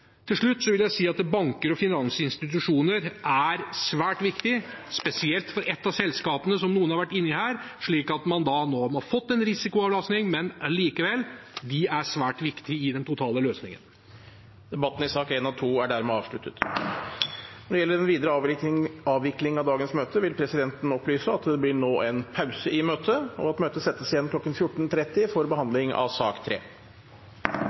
Til slutt vil jeg si at banker og finansinstitusjoner er svært viktige, spesielt for ett av selskapene, som noen har vært inne på her. De har nå fått en risikoavlastning, men de er likevel svært viktige i den totale løsningen. Flere har ikke bedt om ordet til sakene nr. 1 og 2. Når det gjelder den videre avviklingen av dagens møte, vil presidenten opplyse om at det nå blir en pause i møtet. Møtet settes igjen kl. 14.30 for behandling av sak